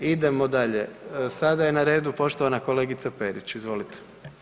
Idemo dalje, sada je na redu poštovana kolegica Perić, izvolite.